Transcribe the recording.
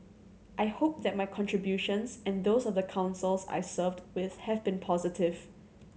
I hope that my contributions and those of the Councils I served with have been positive